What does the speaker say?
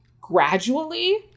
gradually